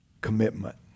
commitment